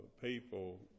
people